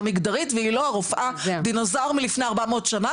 מגדרית והיא לא רופאה דינוזאור מלפני 400 שנה,